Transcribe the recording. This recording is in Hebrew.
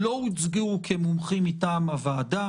לא הוצגו כמומחים מטעם הוועדה.